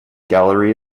gallery